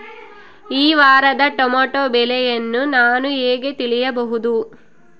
ಈ ವಾರದ ಟೊಮೆಟೊ ಬೆಲೆಯನ್ನು ನಾನು ಹೇಗೆ ತಿಳಿಯಬಹುದು?